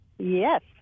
Yes